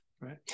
Right